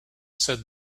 said